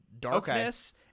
darkness